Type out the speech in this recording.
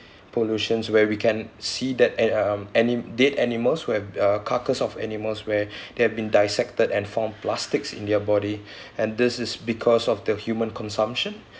pollutions where we can see that at um any dead animals where uh carcass of animals where they've been dissected and found plastics in their body and this is because of the human consumption